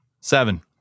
Seven